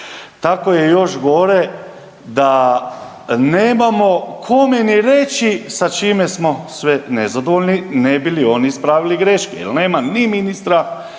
tako je još gore da nemamo kome ni reći sa čime smo sve nezadovoljni ne bi li oni ispravili greške, jel nema ni ministra,